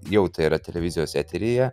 jau tai yra televizijos eteryje